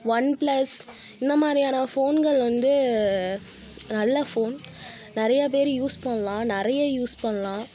one plus இந்தமாதிரியான ஃபோன்கள் வந்து நல்ல ஃபோன் நிறையா பேர் யூஸ் பண்ணலாம் நிறைய யூஸ் பண்ணலாம்